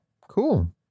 cool